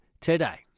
today